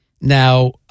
Now